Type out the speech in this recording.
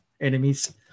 enemies